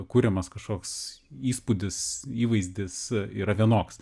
kuriamas kažkoks įspūdis įvaizdis yra vienoks